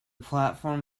platform